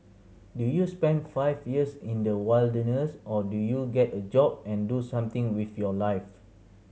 do you spend five years in the wilderness or do you get a job and do something with your life